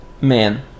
man